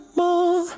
more